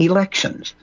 Elections